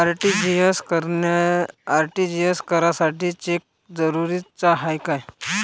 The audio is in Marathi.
आर.टी.जी.एस करासाठी चेक जरुरीचा हाय काय?